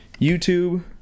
YouTube